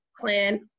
plan